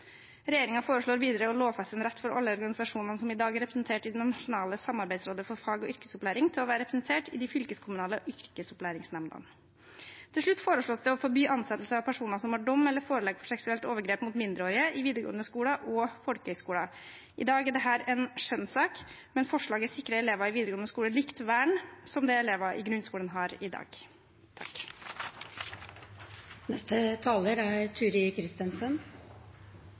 foreslår videre å lovfeste en rett for alle organisasjonene som i dag er representert i det nasjonale Samarbeidsrådet for fag- og yrkesopplæring, til å være representert i de fylkeskommunale yrkesopplæringsnemndene. Til slutt foreslås det å forby ansettelse av personer som har dom eller forelegg for seksuelt overgrep mot mindreårige, i videregående skoler og i folkehøyskoler. I dag er dette en skjønnssak, men forslaget sikrer elever i videregående skole likt vern som det elever i grunnskolen har i dag.